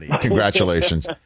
Congratulations